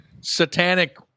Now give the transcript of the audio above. satanic –